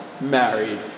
married